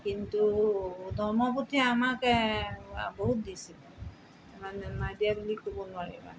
কিন্তু আমাক বহুত দিছিল নাই দিয়া বুলি ক'ব নোৱাৰি মানে